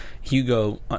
Hugo